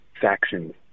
factions